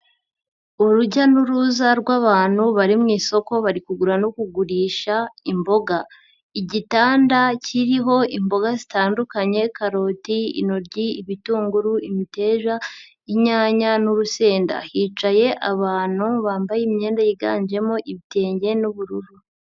Urujya n'uruza rw'abantu bari mu isoko bari kugura no kugurisha imboga, igitanda kiriho imboga zitandukanye karoti, intoryi, ibitunguru, imiteja, inyanya n'urusenda, hicaye abantu bambaye imyenda yiganjemo ibitenge n'ubururu.